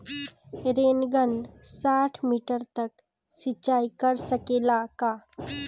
Rain gun साठ metre तक सिचाई कर सकेला का?